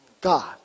God